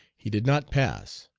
he did not pass.